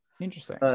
Interesting